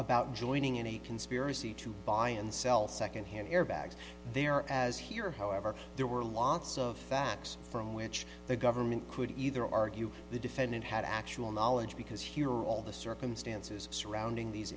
about joining in a conspiracy to buy and sell secondhand airbags there as here however there were lots of facts from which the government could either argue the defendant had actual knowledge because here are all the circumstances surrounding these